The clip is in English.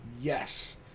yes